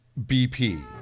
BP